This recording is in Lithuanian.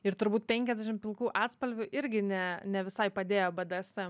ir turbūt penkiasdešimt pilkų atspalvių irgi ne ne visai padėjo bdsm